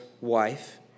wife